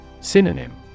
Synonym